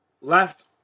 left